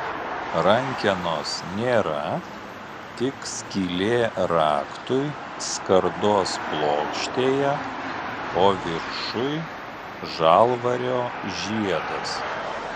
rankenos nėra tik skylė raktui skardos plokštėje o viršuj žalvario žiedas